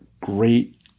great